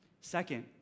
Second